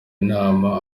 inama